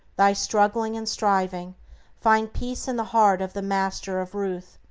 thy struggling and striving find peace in the heart of the master of ruth.